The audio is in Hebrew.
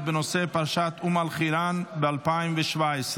בנושא פרשת אום אל-חיראן ב-2017.